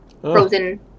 frozen